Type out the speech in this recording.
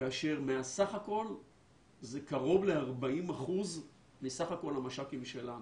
כאשר מהסך הכול זה קרוב ל-40% מסך הכול המש"קים שלנו.